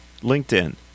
LinkedIn